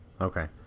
Okay